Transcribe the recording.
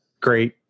great